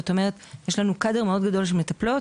זאת אומרת יש לנו קאדר מאוד גדול של מטפלות.